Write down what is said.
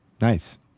Nice